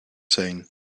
zijn